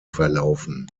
verlaufen